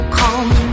come